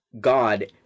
God